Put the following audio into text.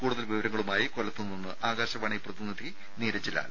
കൂടുതൽ വിവരങ്ങളുമായി കൊല്ലത്തുനിന്ന് ആകാശവാണി പ്രതിനിധി നീരജ് ലാൽ